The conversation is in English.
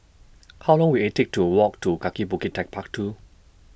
How Long Will IT Take to Walk to Kaki Bukit Techpark two